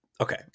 okay